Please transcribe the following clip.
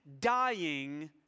dying